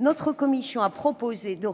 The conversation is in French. Notre commission a émis deux